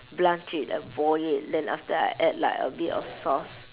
blanch it and boil it then after that I add like a bit of sauce